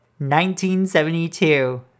1972